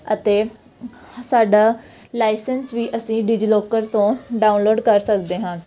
ਅਤੇ ਸਾਡਾ ਲਾਇਸੰਸ ਵੀ ਅਸੀਂ ਡਿਜੀਲੋਕਰ ਤੋਂ ਡਾਊਨਲੋਡ ਕਰ ਸਕਦੇ ਹਾਂ